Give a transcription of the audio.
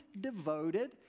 devoted